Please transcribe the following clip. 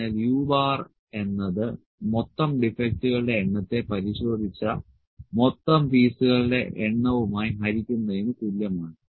അതിനാൽ u എന്നത് മൊത്തം ഡിഫെക്ടുകളുടെ എണ്ണത്തെ പരിശോധിച്ച മൊത്തം പീസുകളുടെ എണ്ണവുമായി ഹരിക്കുന്നതിന് തുല്യമാണ്